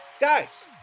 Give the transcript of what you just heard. guys